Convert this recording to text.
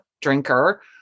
drinker